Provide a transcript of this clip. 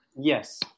yes